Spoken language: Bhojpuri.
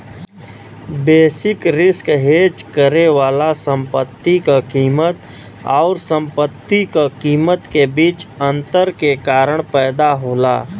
बेसिस रिस्क हेज करे वाला संपत्ति क कीमत आउर संपत्ति क कीमत के बीच अंतर के कारण पैदा होला